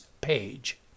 page